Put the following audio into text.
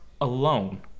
alone